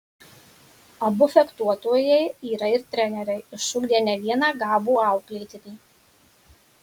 abu fechtuotojai yra ir treneriai išugdę ne vieną gabų auklėtinį